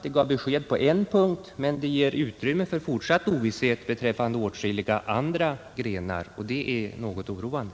Det gav besked på en punkt, men det ger utrymme för fortsatt ovisshet beträffande åtskilliga andra, och det är något oroande.